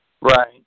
Right